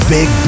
Big